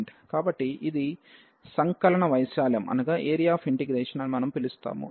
కాబట్టి ఇది సంకలన వైశాల్యము అని మనము పిలుస్తాము